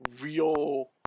real